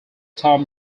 tom